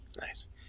nice